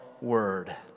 word